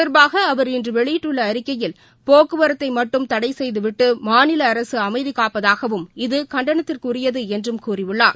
தொடர்பாகஅவர் இன்றுவெளியிட்டுள்ளஅறிக்கையில் இது போக்குவரத்தைமட்டும் தடைசெய்துவிட்டுமாநிலஅரசுஅமைதிகாப்பதாகவும் இது கண்டனத்துக்குரியதுஎன்றும் கூறியுள்ளார்